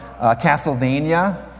Castlevania